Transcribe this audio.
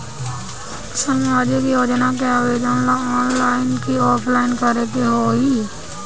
सामाजिक योजना के आवेदन ला ऑनलाइन कि ऑफलाइन करे के होई?